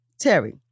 Terry